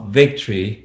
victory